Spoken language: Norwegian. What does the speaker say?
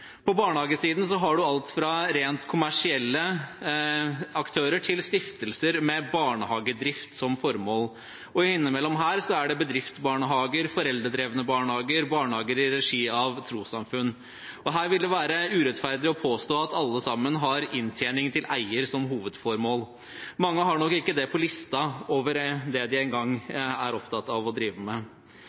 På barnehagesiden har man alt fra rent kommersielle aktører til stiftelser med barnehagedrift som formål, og innimellom her er det bedriftsbarnehager, foreldredrevne barnehager og barnehager i regi av trossamfunn. Her vil det være urettferdig å påstå at alle sammen har inntjening til eier som hovedformål. Mange har nok ikke det engang på lista over det de er opptatt av å drive med.